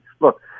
Look